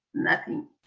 nothing.